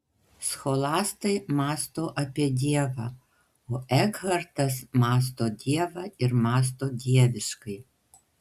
scholastai mąsto apie dievą o ekhartas mąsto dievą ir mąsto dieviškai